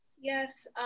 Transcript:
yes